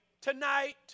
tonight